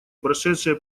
прошедшие